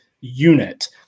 unit